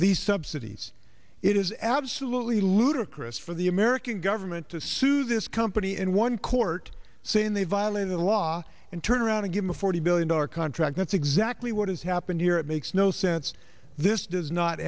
these subsidies it is absolutely ludicrous for the american government to sue this company and one court saying they violated the law and turn around and give him a forty billion dollar contract that's exactly what has happened here it makes no sense this does not